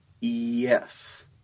yes